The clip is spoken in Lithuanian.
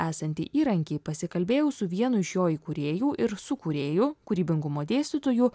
esantį įrankį pasikalbėjau su vienu iš jo įkūrėjų ir sukūrėju kūrybingumo dėstytoju